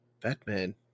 Batman